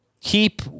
keep